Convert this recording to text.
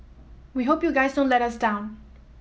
we hope you guys don't let us down